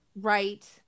right